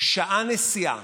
שעה נסיעה